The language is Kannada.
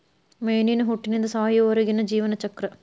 ಮೇನಿನ ಹುಟ್ಟಿನಿಂದ ಸಾಯುವರೆಗಿನ ಜೇವನ ಚಕ್ರ